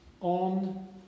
on